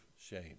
shame